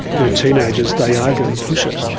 they're teenagers, they are going to push it.